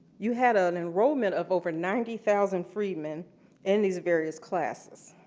you had an enrollment of over ninety thousand freedmen in these various classes.